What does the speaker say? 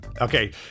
Okay